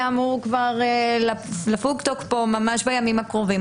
אמור לפוג תוקפו ממש בימים הקרובים?